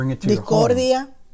discordia